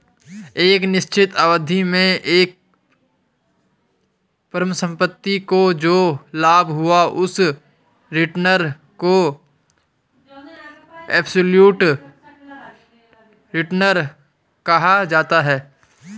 एक निश्चित अवधि में एक परिसंपत्ति को जो लाभ हुआ उस रिटर्न को एबसोल्यूट रिटर्न कहा जाता है